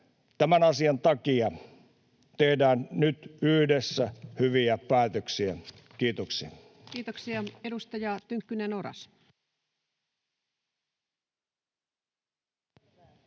Tämän asian takia tehdään nyt yhdessä hyviä päätöksiä. — Kiitoksia. Kiitoksia. — Edustaja Tynkkynen, Oras. Arvoisa